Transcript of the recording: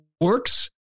works